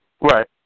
Right